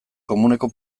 komuneko